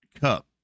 Cup